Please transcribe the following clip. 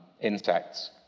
insects